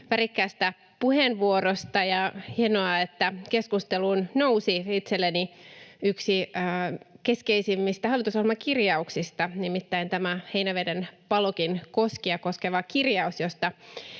värikkäästä puheenvuorosta. Hienoa, että keskusteluun nousi itselleni yksi keskeisimmistä hallitusohjelman kirjauksista, nimittäin tämä Heinäveden Palokin koskia koskeva kirjaus,